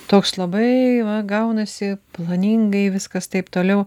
toks labai va gaunasi planingai viskas taip toliau